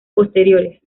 posteriores